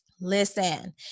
listen